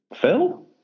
Phil